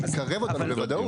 זה מקרב אותנו לוודאות.